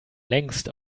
längst